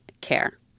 care